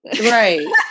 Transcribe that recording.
Right